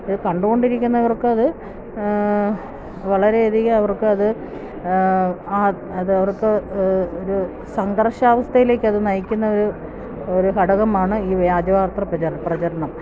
ഇത് കണ്ടുകൊണ്ടിരിക്കുന്നവർക്കത് വളരെയധികം അവർക്കത് അതവര്ക്ക് ഒരു സംഘർഷാവസ്ഥയിലേക്ക് അത് നയിക്കുന്ന ഒരു ഒരു ഘടകമാണ് ഈ വ്യാജവാര്ത്ത പ്രചാരണം